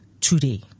today